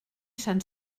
sant